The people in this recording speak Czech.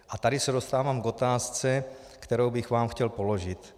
A tady se dostávám k otázce, kterou bych vám chtěl položit.